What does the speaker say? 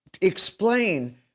explain